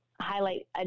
highlight